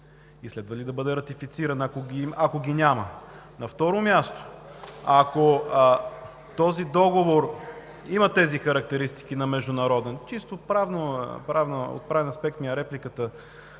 и следва ли да бъде ратифициран, ако ги няма? На второ място, ако този договор има тези характеристики на международен, чисто в правен аспект ми е репликата,